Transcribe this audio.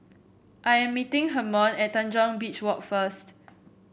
I am meeting Hermon at Tanjong Beach Walk first